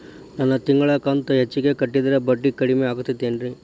ನನ್ ತಿಂಗಳ ಕಂತ ಹೆಚ್ಚಿಗೆ ಕಟ್ಟಿದ್ರ ಬಡ್ಡಿ ಕಡಿಮಿ ಆಕ್ಕೆತೇನು?